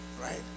right